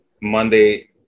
monday